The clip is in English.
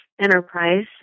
enterprise